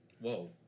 Whoa